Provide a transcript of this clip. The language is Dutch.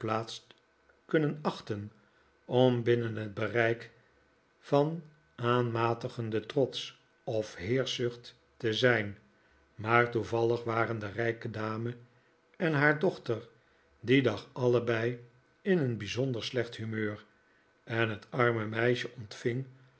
kunnen achten om binnen het bereik van aanmatigenden trots of heerschzucht te zijn maar toevallig waren de rijke dame en haar dochter dien dag allebei in een bijzonder slecht humeur en het arme meisje ontving